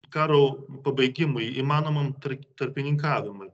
karo pabaigimui įmanomam tark tarpininkavimui